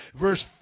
verse